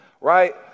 right